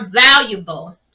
valuable